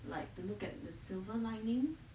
like to look at the silver lining